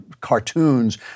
cartoons